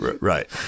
Right